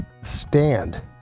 stand